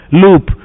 loop